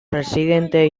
presidente